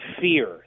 fear